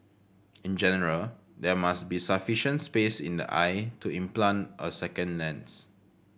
in general there must be sufficient space in the eye to implant a second lens